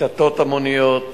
קטטות המוניות,